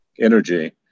energy